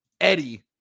Eddie